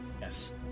Yes